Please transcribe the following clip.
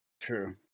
True